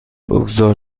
بگذار